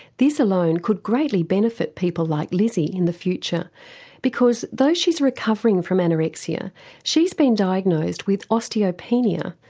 this alone could greatly benefit people like lizzy in the future because though she's recovering from anorexia she's been diagnosed with osteopenia,